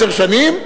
עשר שנים.